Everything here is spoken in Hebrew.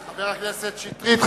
חבר הכנסת שטרית,